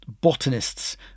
botanists